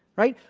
right?